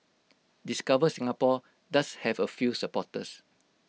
discover Singapore does have A few supporters